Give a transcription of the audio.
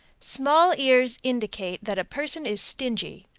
small ears indicate that a person is stingy.